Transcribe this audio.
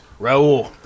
Raul